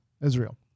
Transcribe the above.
Israel